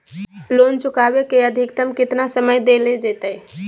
Loan चुकाबे के अधिकतम केतना समय डेल जयते?